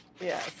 Yes